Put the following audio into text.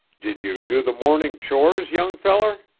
did you do the morning chores, young feller?